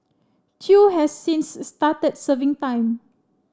chew has since started serving time